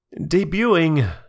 Debuting